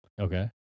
Okay